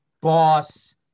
boss